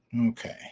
Okay